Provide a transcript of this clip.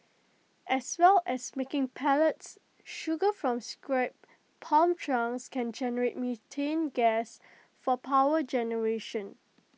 as well as making pellets sugar from scrapped palm trunks can generate methane gas for power generation